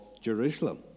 Jerusalem